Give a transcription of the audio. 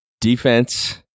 Defense